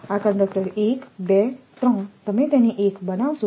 આ કંડક્ટર 1 2 3 તમે તેને એક બનાવશો